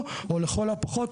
לכל המשתתפים,